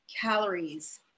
Calories